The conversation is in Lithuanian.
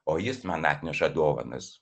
o jis man atneša dovanas